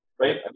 Right